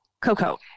coco